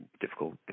difficult